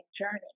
journey